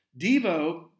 Devo